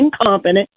incompetent